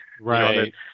Right